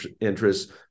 interests